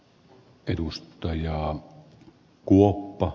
arvoisa puhemies